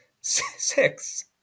Six